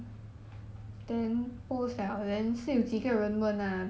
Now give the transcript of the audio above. he so kaypoh